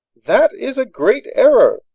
that is a great error.